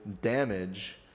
damage